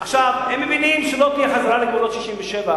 הם מבינים שלא תהיה חזרה לגבולות 67',